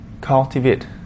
cultivate